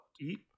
Eat